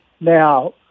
Now